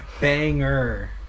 Banger